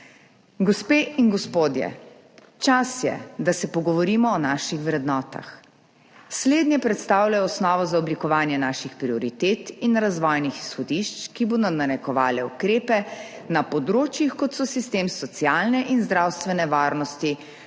Gospe in gospodje, čas je, da se pogovorimo o naših vrednotah. Slednje predstavljajo osnovo za oblikovanje naših prioritet in razvojnih izhodišč, ki bodo narekovale ukrepe na področjih, kot so sistem socialne in zdravstvene varnosti,